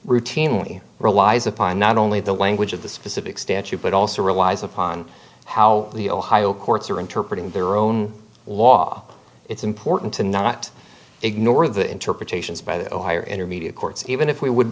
routinely relies upon not only the language of the specific statute but also relies upon how the ohio courts are interpreted in their own law it's important to not ignore the interpretations by the higher intermediate courts even if we would